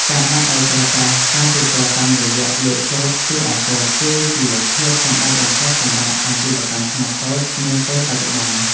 ការដាក់ឱ្យប្រើប្រាស់ការទូទាត់តាមរយៈលេខកូដឃ្យូអរកូដ គឺជាភាពចាំបាច់បំផុតសម្រាប់អាជីវកម្មខ្នាតតូចនាពេលបច្ចុប្បន្ន។